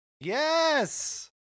Yes